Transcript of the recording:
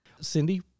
Cindy